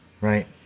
Right